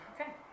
Okay